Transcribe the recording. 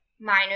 minor